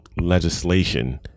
legislation